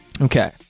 Okay